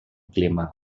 clima